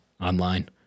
online